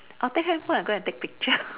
I'll take handphone and go and take picture